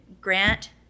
Grant